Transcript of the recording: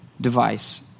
device